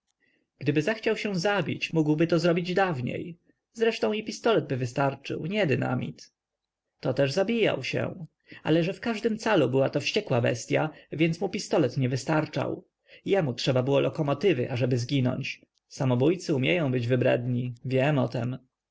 gdyby zechciał się zabić mógłby to zrobić dawniej zresztą i pistoletby wystarczył nie dynamit odparł rzecki to też zabijał się ale że w każdym calu była to wściekła bestya więc mu pistolet nie wystarczał jemu trzeba było lokomotywy ażeby zginąć samobójcy umieją być wybredni wiem o tem